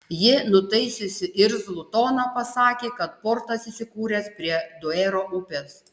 ji nutaisiusi irzlų toną pasakė kad portas įsikūręs prie duero upės